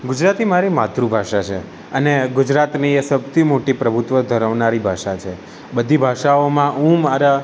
ગુજરાતી મારી માતૃભાષા છે અને ગુજરાતની એ સૌથી મોટી પ્રભુત્ત્વ ધરાવનારી ભાષા છે બધી ભાષાઓમાં હું મારા